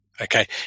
Okay